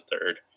third